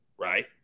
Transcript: right